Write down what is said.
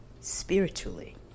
spiritually